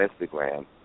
Instagram